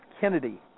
Kennedy